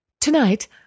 Tonight